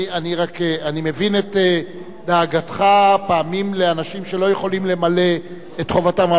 אני מבין את דאגתך פעמים לאנשים שלא יכולים למלא את חובתם.